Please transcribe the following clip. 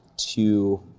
to